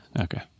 Okay